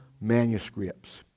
manuscripts